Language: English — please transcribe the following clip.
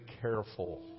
careful